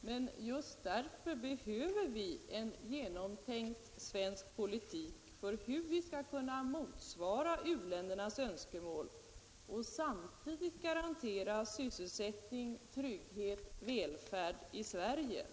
Men just därför behöver vi en genomtänkt svensk politik för hur vi skall kunna motsvara u-ländernas önskemål och samtidigt garantera sysselsättning, trygghet och välfärd i Sverige.